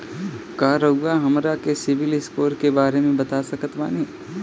का रउआ हमरा के सिबिल स्कोर के बारे में बता सकत बानी?